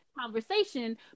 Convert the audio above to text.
conversation